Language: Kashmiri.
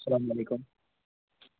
سلام وعلیکُم